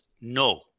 no